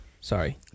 Sorry